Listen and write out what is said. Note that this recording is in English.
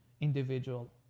individual